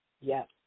Yes